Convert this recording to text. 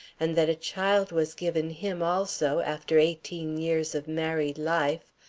and that a child was given him also, after eighteen years of married life,